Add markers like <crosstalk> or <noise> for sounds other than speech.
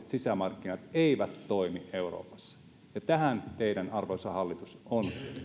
<unintelligible> sisämarkkinat eivät toimi euroopassa ja tähän teidän arvoisa hallitus on